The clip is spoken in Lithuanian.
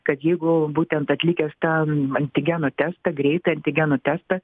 kad jeigu būtent atlikęs ten antigenų testą greitą antigenų testą